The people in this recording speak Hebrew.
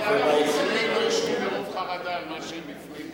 כל ה-weekend הם לא יישנו מרוב חרדה על מה שהם הפנימו.